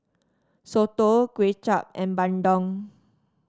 soto Kway Chap and bandung